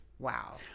Wow